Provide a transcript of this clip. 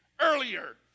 earlier